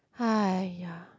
!aiya!